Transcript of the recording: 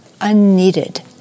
unneeded